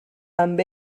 amb